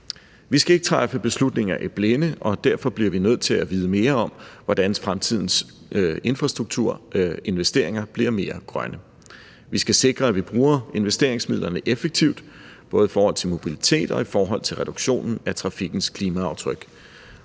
Vi skal ikke træffe beslutninger i blinde, og derfor bliver vi nødt til at vide mere om, hvordan fremtidens infrastrukturinvesteringer blive mere grønne. Vi skal sikre, at vi bruger investeringsmidlerne effektivt, både i forhold til mobilitet og i forhold til reduktionen af trafikkens klimaaftryk.